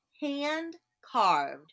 hand-carved